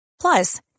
Plus